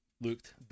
looked